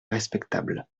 respectable